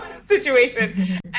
situation